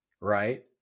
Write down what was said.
right